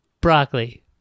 broccoli